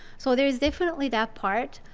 so there is definitely that part.